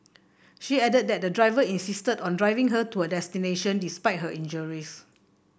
she added that the driver insisted on driving her to her destination despite her injuries